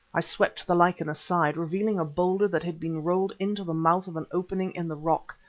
i swept the lichen aside, revealing a boulder that had been rolled into the mouth of an opening in the rock,